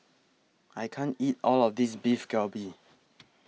I can't eat All of This Beef Galbi